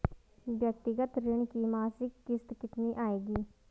व्यक्तिगत ऋण की मासिक किश्त कितनी आएगी?